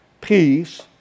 peace